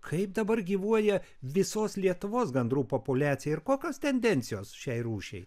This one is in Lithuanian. kaip dabar gyvuoja visos lietuvos gandrų populiacija ir kokios tendencijos šiai rūšiai